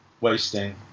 wasting